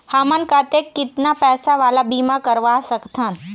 हमन कतेक कितना पैसा वाला बीमा करवा सकथन?